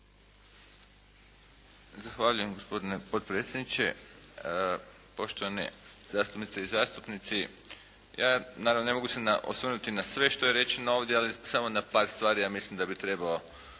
Zahvaljujem gospodine potpredsjedniče, poštovane zastupnice i zastupnici. Ja, naravno ne mogu se osvrnuti na sve što je rećeno ovdje, ali samo na par stvari, ja mislim da bi trebao